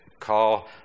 call